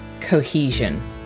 cohesion